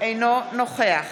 אינו נוכח